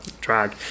drag